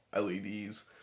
leds